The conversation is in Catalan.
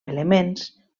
elements